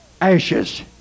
ashes